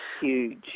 Huge